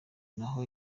naho